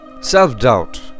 Self-doubt